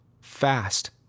fast